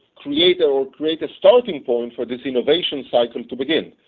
create so create a starting point for these innovation cycle to begin.